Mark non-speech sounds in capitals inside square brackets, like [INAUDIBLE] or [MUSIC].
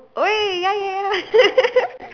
oh ya ya ya [LAUGHS]